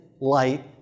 light